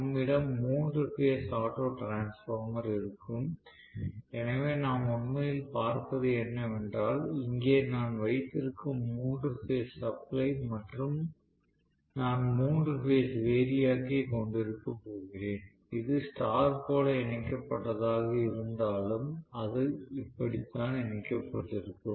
நம்மிடம் மூன்று phase auto transformer இருக்கும் எனவே நாம் உண்மையில் பார்ப்பது என்னவென்றால் இங்கே நான் வைத்திருக்கும் மூன்று பேஸ் சப்ளை மற்றும் நான் மூன்று பேஸ் வேரியாக்கை கொண்டிருக்கப் போகிறேன் இது ஸ்டார் போல இணைக்கப்பட்டதாக இருந்தாலும் அது இப்படித்தான் இணைக்கபட்டிருக்கும்